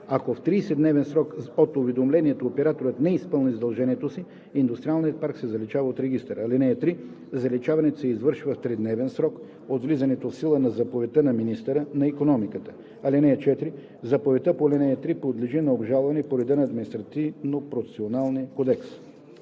Ако в 30-дневен срок от уведомлението операторът не изпълни задължението си, индустриалният парк се заличава от регистъра. (3) Заличаването се извършва в тридневен срок от влизането в сила на заповедта на министъра на икономиката. (4) Заповедта по ал. 3 подлежи на обжалване по реда на Административнопроцесуалния кодекс.“